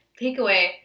Takeaway